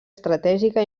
estratègica